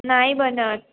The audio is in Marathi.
नाही बनत